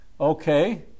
Okay